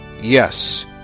yes